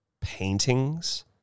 paintings